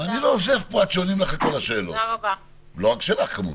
אני לא עוזב כאן עד שעונים לך על כל השאלות ולא רק על השאלות שלך.